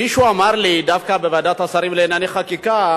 מישהו אמר לי, דווקא בוועדת השרים לענייני חקיקה,